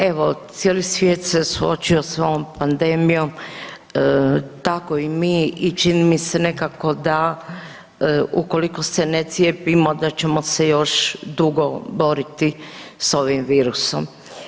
Evo, cijeli svijet se suočio s ovom pandemijom, tako i mi i čini mi se nekako da ukoliko se ne cijepimo da ćemo se još dugo boriti s ovim virusom.